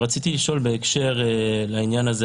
רציתי לשאול בהקשר הזה,